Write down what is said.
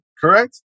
correct